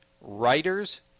Writer's